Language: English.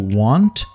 want